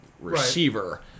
receiver